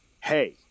hey